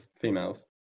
females